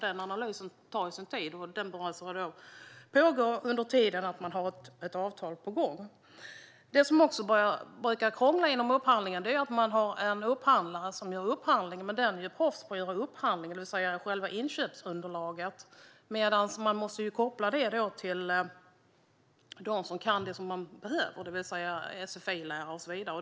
Den analysen tar ju sin tid, och den bör därför pågå under tiden man har ett avtal på gång. Det som också brukar krångla inom upphandling är att man har en upphandlare som gör den. Den personen är dock proffs på att göra upphandlingar, det vill säga själva inköpsunderlaget, medan man ju måste koppla detta till dem som kan det som behövs - sfi-lärare och så vidare.